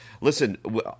Listen